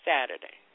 Saturday